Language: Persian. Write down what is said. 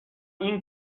این